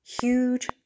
huge